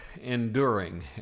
enduring